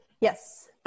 Yes